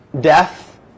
death